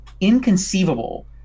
inconceivable